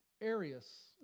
Arius